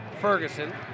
Ferguson